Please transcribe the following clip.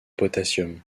potassium